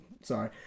sorry